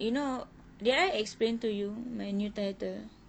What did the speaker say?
you know did I explain to you my new title